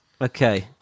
Okay